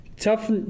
Tough